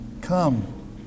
Come